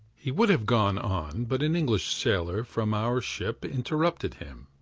he would have gone on, but an english sailor from our ship interrupted him.